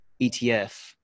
ETF